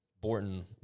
Borton